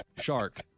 shark